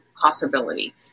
possibility